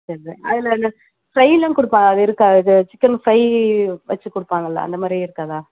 சரி தான் அதில் இந்த ஃப்ரையெலாம் கொடுப்பா அது இருக்கா இது சிக்கன் ஃப்ரை வெச்சு கொடுப்பாங்கள்ல அந்த மாதிரி இருக்காதா